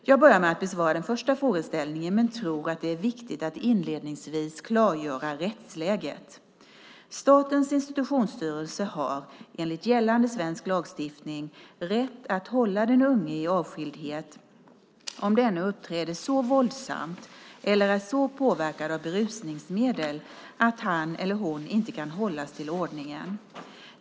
Jag börjar med att besvara den första frågeställningen men tror att det är viktigt att inledningsvis klargöra rättsläget. Statens institutionsstyrelse har enligt gällande svensk lagstiftning rätt att hålla den unge i avskildhet om denne uppträder så våldsamt eller är så påverkad av berusningsmedel att han eller hon inte kan hållas till ordningen.